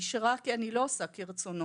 מי שראה כי אני לא עושה כרצונות